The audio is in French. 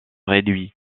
réduits